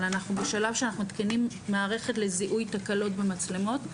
אבל אנחנו בשלב שאנחנו מתקינים מערכת לזיהוי תקלות במצלמות,